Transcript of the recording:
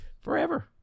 forever